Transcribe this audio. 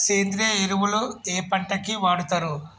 సేంద్రీయ ఎరువులు ఏ పంట కి వాడుతరు?